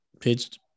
pitched